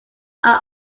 are